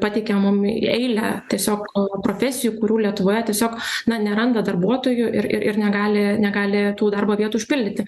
pateikė mum eilę tiesiog a profesijų kurių lietuvoje tiesiog na neranda darbuotojų ir ir ir negali negali tų darbo vietų užpildyti